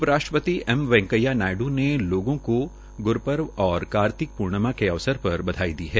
उप राष्ट्रपति एम वैकेंया नायड् ने लोगों को ग्रूपर्व और कार्तिक पृणिमा अवसर पर बधाई दी है